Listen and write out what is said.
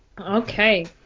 okay